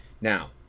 Now